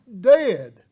dead